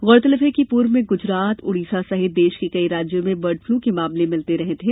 गौरतलब है कि पूर्व में गुजरात उड़ीसा सहित देश के कई राज्यों में बर्ड फ्लू के मामले मिलते रहे थे